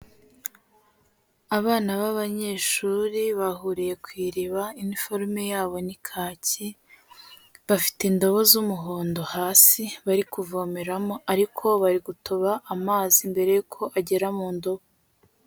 Abana b'abanyeshuri bahuriye ku iriba iniforume yabo ni kaki, bafite indobo z'umuhondo hasi bari kuvomeramo ariko bari gutoba amazi mbere yuko agera mu ndobo.